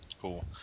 cool